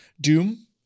Doom